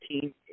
team